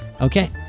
Okay